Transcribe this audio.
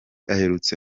aherutse